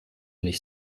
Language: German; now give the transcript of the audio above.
nicht